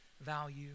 value